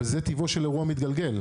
זה טבעו של אירוע מתגלגל.